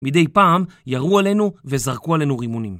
מדי פעם ירו עלינו וזרקו עלינו רימונים.